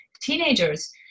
teenagers